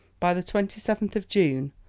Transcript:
by the twenty seventh of june,